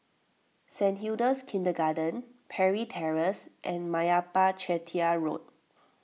Saint Hilda's Kindergarten Parry Terrace and Meyappa Chettiar Road